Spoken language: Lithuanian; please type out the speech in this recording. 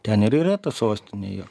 ten ir yra ta sostinė jo